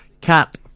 Cat